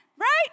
right